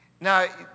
Now